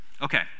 Okay